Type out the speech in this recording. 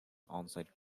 onsite